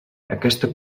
aquesta